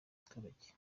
abaturage